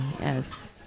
yes